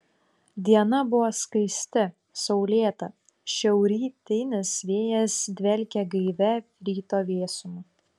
diena buvo skaisti saulėta šiaurrytinis vėjas dvelkė gaivia ryto vėsuma